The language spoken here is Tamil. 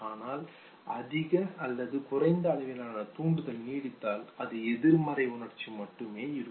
ஆனால் அதிக அல்லது குறைந்த அளவிலான தூண்டுதல் நீடித்தால் அது எதிர்மறை உணர்ச்சி மட்டுமே இருக்கும்